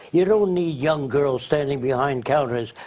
you don't need young girls standing behind counters.